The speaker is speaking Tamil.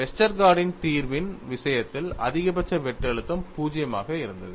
வெஸ்டர்கார்டின் Westergaard's தீர்வின் விஷயத்தில் அதிகபட்ச வெட்டு அழுத்தம் 0 ஆக இருந்தது